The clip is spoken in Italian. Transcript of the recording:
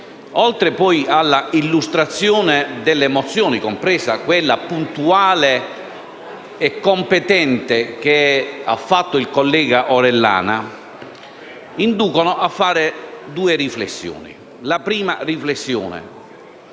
oltre all'illustrazione delle mozioni, compresa quella puntuale e competente che ha fatto il collega Orellana, induce a fare due riflessioni. La prima riflessione